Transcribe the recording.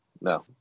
No